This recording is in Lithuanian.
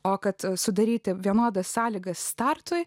o kad sudaryti vienodas sąlygas startui